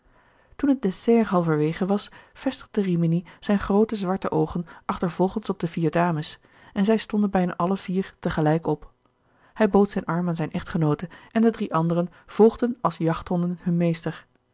toen het dessert halverwege was vestigde rimini zijne groote zwarte oogen achtervolgens op de vier dames en zij stonden bijna alle vier te gelijk op hij bood zijn arm aan zijne echtgenoote en de drie anderen volgden als jachthonden hun meester